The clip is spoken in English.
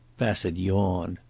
bassett yawned.